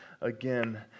again